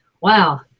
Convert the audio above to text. wow